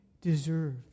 deserve